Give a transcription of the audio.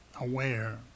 aware